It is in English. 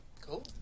cool